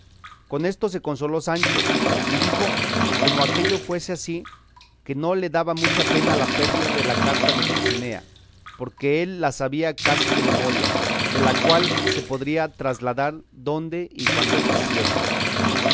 con esto se consoló sancho y dijo que como aquello fuese ansí que no le daba mucha pena la pérdida de la carta de dulcinea porque él la sabía casi de memoria de la cual se podría trasladar donde y cuando quisiesen